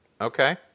Okay